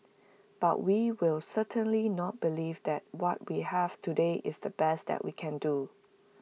but we will certainly not believe that what we have today is the best that we can do